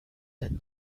that